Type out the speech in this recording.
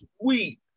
sweet